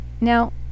Now